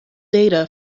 data